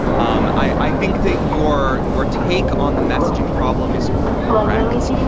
um i think that your your take on the messaging problem is correct,